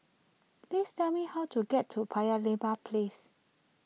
please tell me how to get to Paya Lebar Place